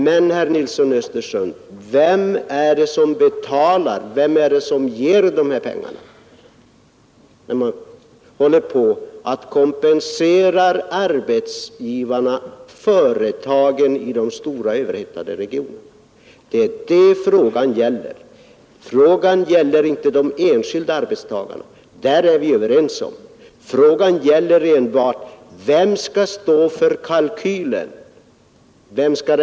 Men, herr Nilsson i Östersund, vem är det som betalar, vem är det som ger dessa pengar, när man kompenserar arbetsgivarna, företagen, i de stora överhettade regionerna? Frågan gäller inte de enskilda arbetstagarna — därvidlag är vi överens. Den avgörande frågan är: Vem skall stå för kalkylen?